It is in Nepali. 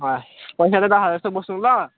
अँ पैसा त दस हजार जस्तो बोक्नु ल